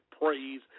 praise